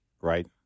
right